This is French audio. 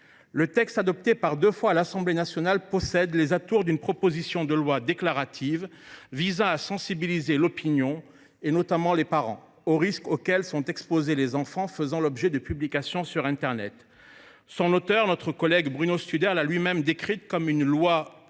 Le texte, adopté par deux fois par l’Assemblée nationale, possède les atours d’une proposition de loi déclarative visant à sensibiliser l’opinion, notamment les parents, aux risques auxquels sont exposés les enfants faisant l’objet de publications sur internet. Son auteur, le député Bruno Studer, l’a lui même décrite comme un texte